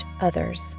others